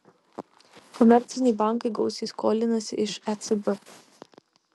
komerciniai bankai gausiai skolinasi iš ecb